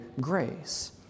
grace